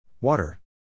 Water